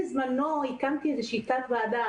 בזמנו הקמתי איזושהי תת ועדה.